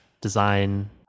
design